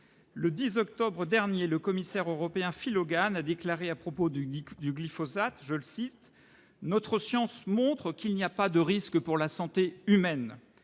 Le 10 octobre dernier, le commissaire européen Phil Hogan a déclaré à propos du glyphosate :« Notre science montre qu'il n'y a pas de risque pour la santé humaine ».